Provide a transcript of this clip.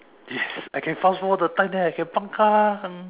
yes I can fast forward the time then I can pangkang